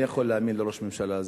אני יכול להאמין לראש הממשלה הזה?